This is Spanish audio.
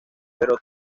pero